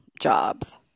jobs